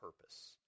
purpose